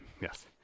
Yes